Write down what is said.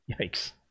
Yikes